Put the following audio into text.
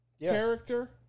character